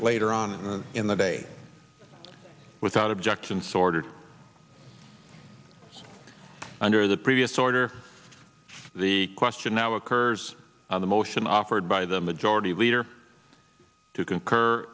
it later on in the day without objection sword under the previous order the question now occurs on the motion offered by the majority leader to concur